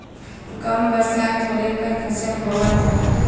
कम बरसात होले पर फसल बोअल जाला